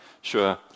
sure